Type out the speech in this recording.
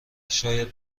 شاید